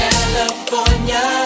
California